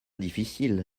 difficile